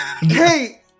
Hey